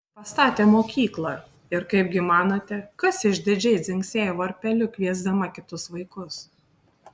pastatė mokyklą ir kaipgi manote kas išdidžiai dzingsėjo varpeliu kviesdama kitus vaikus